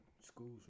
school's